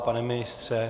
Pane ministře?